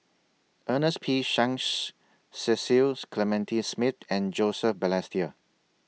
Ernest P Shanks Cecil Clementi Smith and Joseph Balestier